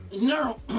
No